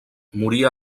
moria